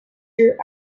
nature